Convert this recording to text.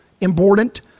important